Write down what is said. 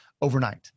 overnight